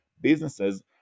businesses